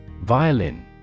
Violin